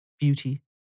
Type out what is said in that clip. beauty